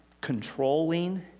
controlling